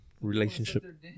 relationship